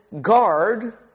guard